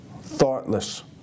thoughtless